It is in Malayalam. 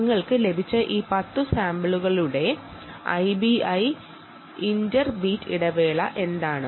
നിങ്ങൾക്ക് ലഭിച്ച ഈ 10 പൾസുകളുടെ ഐബിഐ ഇന്റർ ബീറ്റ് ഇൻറ്റർവെൽ എന്താണ്